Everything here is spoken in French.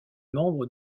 membre